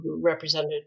represented